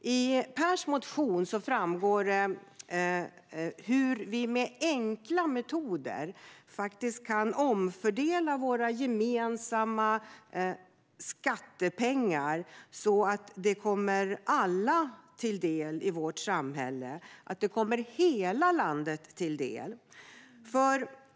I Pers motion framgår hur vi med enkla metoder kan omfördela våra gemensamma skattepengar så att de kommer alla till del i vårt samhälle och kommer hela landet till del.